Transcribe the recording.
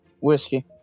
Whiskey